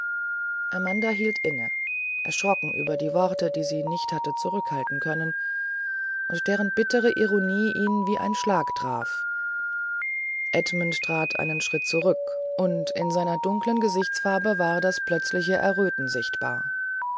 amanda hielt inne erschrocken über die worte die sie nicht hatte zurückhalten können und deren bittere ironie ihn wie ein schlag traf edmund trat einen schritt zurück und in seiner dunklen gesichtsfarbe war das plötzliche erröten sichtbar